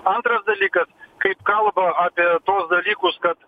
antras dalykas kaip kalba apie tuos dalykus kad